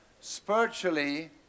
Spiritually